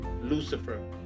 Lucifer